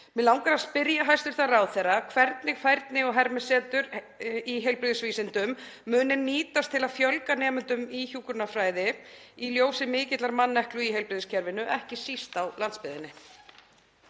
Mig langar að spyrja hæstv. ráðherra hvernig færni- og hermisetur í heilbrigðisvísindum muni nýtast til að fjölga nemendum í hjúkrunarfræði í ljósi mikillar manneklu í heilbrigðiskerfinu, ekki síst á landsbyggðinni.